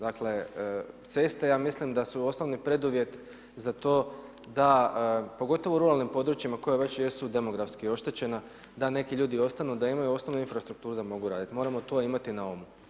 Dakle, ceste ja mislim da su osnovni preduvjet za to da, pogotovo u ruralnim područjima koja već jesu demografski oštećena da neki ljudi ostanu, da imaju osnovnu infrastrukturu da mogu raditi, moramo to imati na umu.